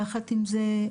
יחד עם זאת,